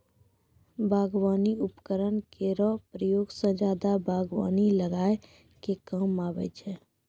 बागबानी उपकरन केरो प्रयोग सें जादा बागबानी लगाय क काम आबै छै